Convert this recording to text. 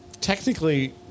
technically